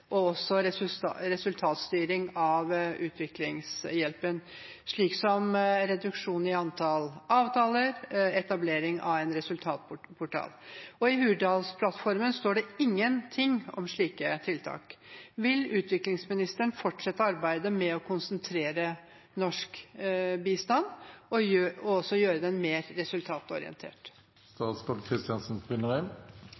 og også resultatstyring av utviklingshjelpen, slik som reduksjon i antall avtaler og etablering av en resultatportal. I Hurdalsplattformen står det ingenting om slike tiltak. Vil utviklingsministeren fortsette arbeidet med å konsentrere norsk bistand, og også gjøre den mer